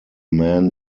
man